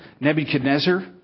Nebuchadnezzar